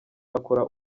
akora